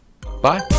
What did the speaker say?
Bye